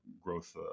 growth